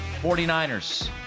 49ers